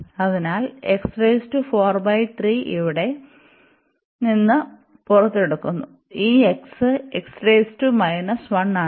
അതിനാൽഇവിടെ നിന്ന് പുറത്തെടുക്കുന്നു ഈ x ആണ്